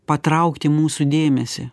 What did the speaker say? patraukti mūsų dėmesį